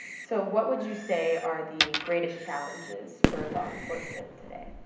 so what would you say are the greatest challenges for ah law enforcement today?